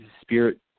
spirit